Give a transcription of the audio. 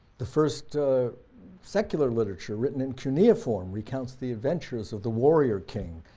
the first secular literature written in cuneiform recounts the adventures of the warrior king,